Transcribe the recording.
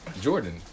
Jordan